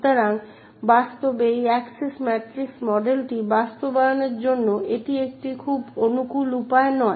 সুতরাং বাস্তবে এই অ্যাক্সেস ম্যাট্রিক্স মডেলটি বাস্তবায়নের জন্য এটি একটি খুব অনুকূল উপায় নয়